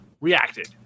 reacted